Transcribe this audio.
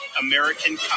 American